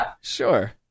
Sure